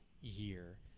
year